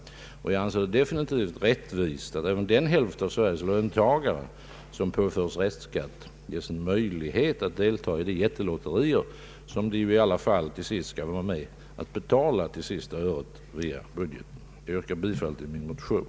Och jag anser det definitivt rättvist att även den hälft av Sveriges löntagare som påföres restskatt ges en möjlighet at delta i det jättelotteri som de ju i alla fall skall vara med och betala till sista öret via budgeten. Jag yrkar bifall till min motion.